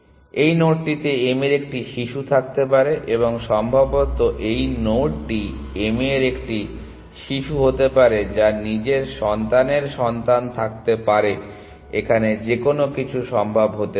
সুতরাং এই নোডটিতে m এর একটি শিশু থাকতে পারে এবং সম্ভবত এই নোডটি m এর একটি শিশু হতে পারে যার নিজের সন্তানের সন্তান থাকতে পারে এখানে যেকোনো কিছু সম্ভব হতে পারে